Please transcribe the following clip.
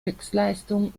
höchstleistung